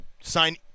sign